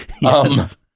Yes